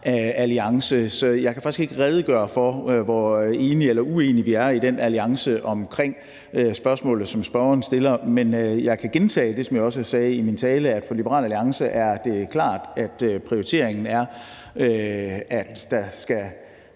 KLAR-alliance. Så jeg kan faktisk ikke redegøre for, hvor enige eller uenige vi er i den alliance omkring spørgsmålet, som spørgeren stiller, men jeg kan gentage det, som jeg også sagde i min tale, nemlig at det for Liberal Alliance er klart, at prioriteringen er, at der skal